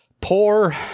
Poor